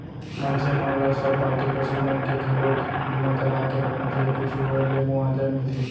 मनसे मन ल सब पालतू पसु मन के घलोक बीमा करा के रखना चाही कुछु होय ले मुवाजा मिलथे